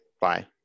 Bye